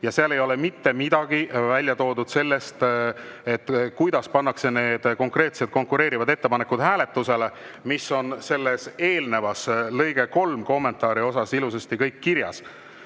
ja seal ei ole mitte midagi välja toodud selle kohta, kuidas pannakse need konkreetsed konkureerivad ettepanekud hääletusele, mis on selles eel[mainitud] 3. kommentaaris kõik ilusasti kirjas.